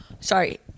Sorry